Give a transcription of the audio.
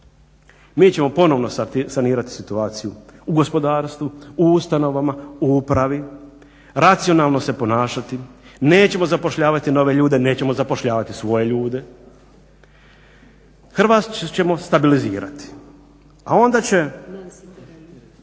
Mi ćemo ponovno sanirati situaciju u gospodarstvu, u ustanovama, u upravi, racionalno se ponašati. Nećemo zapošljavati nove ljude, nećemo zapošljavati svoje ljude. Hrvatsku ćemo stabilizirati. A onda će